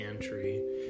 pantry